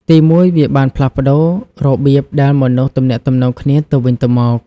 ទីមួយ វាបានផ្លាស់ប្តូររបៀបដែលមនុស្សទំនាក់ទំនងគ្នាទៅវិញទៅមក។